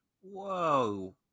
Whoa